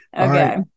Okay